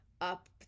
up